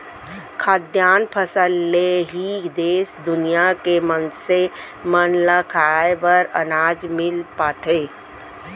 खाद्यान फसल ले ही देस दुनिया के मनसे मन ल खाए बर अनाज मिल पाथे